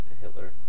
Hitler